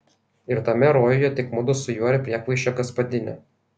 ir tame rojuje tik mudu su juo ir priekvaišė gaspadinė